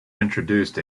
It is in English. introduced